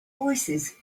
voicesand